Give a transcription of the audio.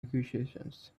accusations